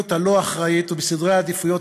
מהמדיניות הלא-אחראית וסדרי העדיפויות